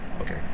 Okay